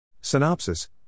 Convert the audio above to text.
Synopsis